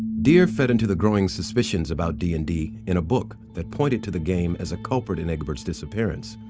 dear fed into the growing suspicions about d and d in a book that pointed to the game as a culprit in egbert's disappearance.